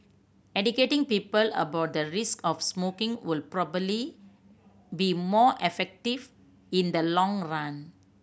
educating people about the risk of smoking would probably be more effective in the long run